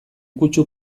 kutsu